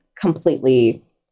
completely